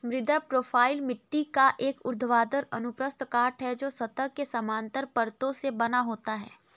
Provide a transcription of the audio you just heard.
मृदा प्रोफ़ाइल मिट्टी का एक ऊर्ध्वाधर अनुप्रस्थ काट है, जो सतह के समानांतर परतों से बना होता है